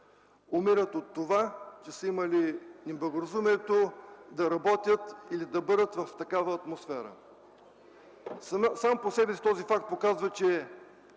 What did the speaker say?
милиона) са имали неблагоразумието да работят или да бъдат в такава атмосфера. Сам по себе си този факт показва, че